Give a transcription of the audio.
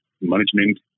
management